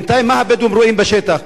בינתיים מה הבדואים רואים בשטח?